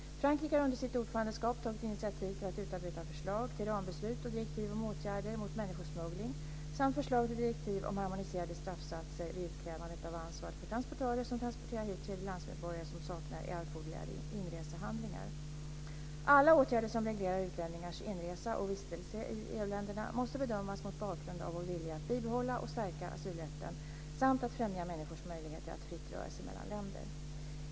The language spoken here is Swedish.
Frankrike har under sitt ordförandeskap tagit initiativ till att utarbeta förslag till rambeslut och direktiv om åtgärder mot människosmuggling samt förslag till direktiv om harmoniserade straffsatser vid utkrävandet av ansvar för transportörer som transporterar hit tredjelandsmedborgare som saknar erforderliga inresehandlingar. Alla åtgärder som reglerar utlänningars inresa och vistelse i EU-länderna måste bedömas mot bakgrund av vår vilja att bibehålla och stärka asylrätten samt att främja människors möjlighet att fritt röra sig mellan länder.